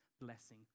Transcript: blessing